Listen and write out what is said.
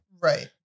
Right